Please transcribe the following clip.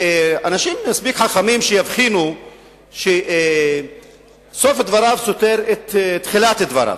אנשים מספיק חכמים יבחינו שסוף דבריו סותר את תחילת דבריו,